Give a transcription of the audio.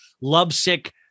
lovesick